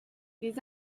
les